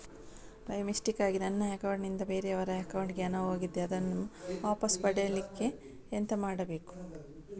By ಮಿಸ್ಟೇಕಾಗಿ ನನ್ನ account ನಿಂದ ಬೇರೆಯವರ ಅಕೌಂಟ್ ಗೆ ಹಣ ಹೋಗಿದೆ ಅದನ್ನು ವಾಪಸ್ ಪಡಿಲಿಕ್ಕೆ ಎಂತ ಮಾಡಬೇಕು?